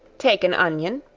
take an onion,